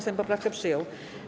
Sejm poprawkę przyjął.